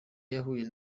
yahuye